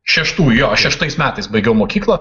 šeštų jo šeštais metais baigiau mokyklą